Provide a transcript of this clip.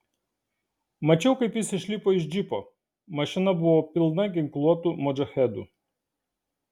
mačiau kaip jis išlipo iš džipo mašina buvo pilna ginkluotų modžahedų